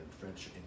French